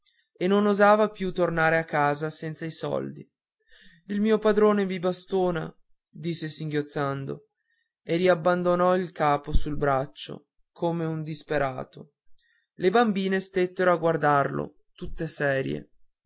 e non osava più tornare a casa senza i soldi il padrone mi bastona disse singhiozzando e riabbandonò il capo sul braccio come un disperato le bambine stettero a guardarlo tutte serie